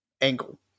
angle